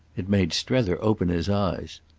it made strether open his eyes.